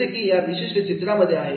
जसे की या विशिष्ट चित्रांमध्ये आहे